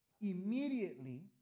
immediately